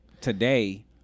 today